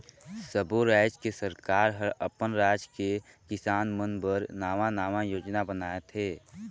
सब्बो रायज के सरकार हर अपन राज के किसान मन बर नांवा नांवा योजना बनाथे